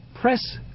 press